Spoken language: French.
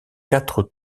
quatre